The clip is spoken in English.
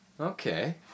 Okay